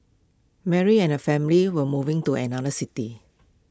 Mary and her family were moving to another city